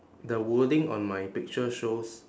the wording on my picture shows